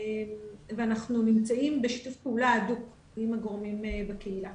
ואנחנו נמצאים בשיתוף פעולה הדוק עם הגורמים בקהילה.